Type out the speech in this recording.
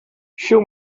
show